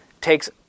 takes